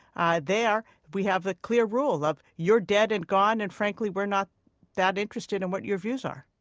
ah there, we have the clear rule of you're dead and gone, and frankly, we're not that interested in what your views are.